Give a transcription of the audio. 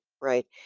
right